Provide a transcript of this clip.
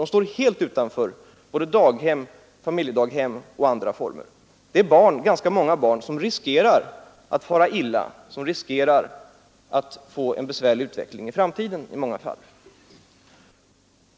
De står helt utanför daghem, familjedaghem och andra former av tillsyn. Det är alltså ganska många barn som riskerar att fara illa och få en besvärlig utveckling i framtiden.